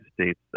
States